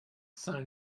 saint